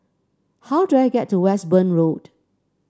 how do I get to Westbourne Road